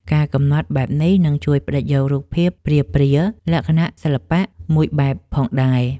ការកំណត់បែបនេះនឹងជួយផ្តិតយករូបភាពព្រាលៗ លក្ខណៈសិល្បៈ មួយបែបផងដែរ។